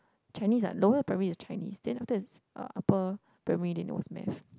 Chinese ah lower primary it's Chinese then after that it's uh upper primary then it was Math